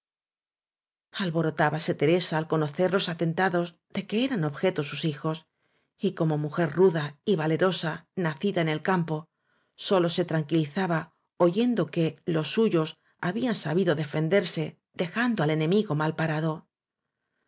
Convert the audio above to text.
conocer los atenta dos de que eran objeto sus hijos y como mu jer ruda y valerosa nacida en el campo sólo se tranquilizaba oyendo que los suyos habían sa bido defenderse dejando al enemigo malparado